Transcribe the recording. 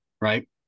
right